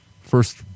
first